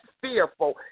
fearful